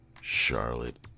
Charlotte